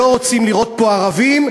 שלא רוצים לראות פה ערבים,